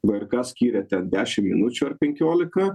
vrk skyrė ten dešim minučių ar penkiolika